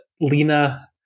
Lena